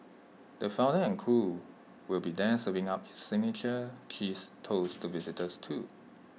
the founder and crew will be there serving up its signature cheese toast to visitors too